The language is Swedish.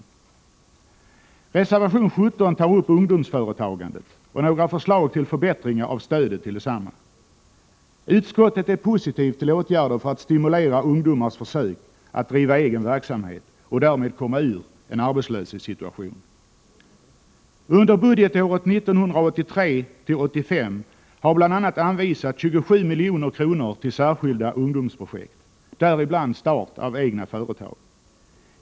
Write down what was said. I reservation nr 17 behandlas några förslag till förbättringar av stödet till ungdomsföretagandet. Utskottet är positivt till åtgärder för att stimulera ungdomars försök att driva egen verksamhet och därmed komma ur en arbetslöshetssituation. Under budgetåren 1983 85 har bl.a. anvisats 27 miljoner till särskilda ungdomsprojekt, däribland start av egna företag.